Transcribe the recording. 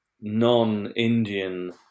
non-Indian